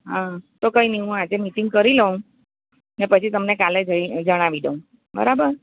હઁ તો કઈ નહીં હું આજે મિટિંગ કરી લઉં ને પછી તમને કાલે જણાવી દઉં બરાબર